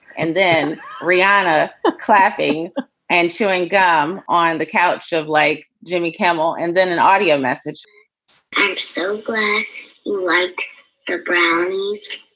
and then reanna clapping and chewing gum on the couch of, like, jimmy campbell and then an audio message so great right like there, brownie's.